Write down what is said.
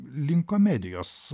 link komedijos